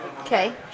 Okay